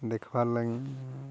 ଦେଖିବା ଲାଗି